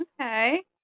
okay